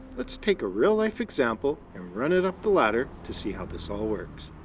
let's take a real-life example and run it up the ladder to see how this all works.